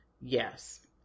Yes